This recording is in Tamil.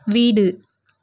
வீடு